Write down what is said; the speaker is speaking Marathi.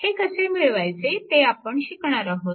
हे कसे मिळवायचे ते आपण शिकणार आहोत